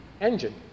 engine